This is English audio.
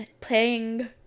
playing